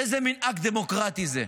איזה מין אקט דמוקרטי זה?